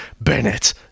Bennett